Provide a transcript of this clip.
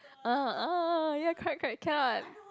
ah ah ya correct correct cannot